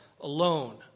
alone